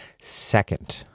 Second